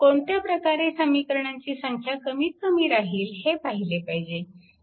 कोणत्या प्रकारे समीकरणांची संख्या कमीत कमी राहील हे पाहिले पाहिजे